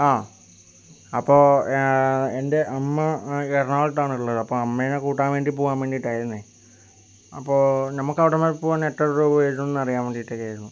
ആ അപ്പോൾ എൻ്റെ അമ്മ എറണാകുളത്താണ് ഉള്ളത് അപ്പോൾ അമ്മേനെ കൂട്ടാൻ വേണ്ടി പോവാൻ വേണ്ടീട്ടായിരുന്നേ അപ്പോൾ നമക്കവിടം വരെ പോകാൻ എത്ര രൂപ വരുന്നറിയാൻ വേണ്ടിട്ടക്കെ ആയിരുന്നു